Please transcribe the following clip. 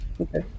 Okay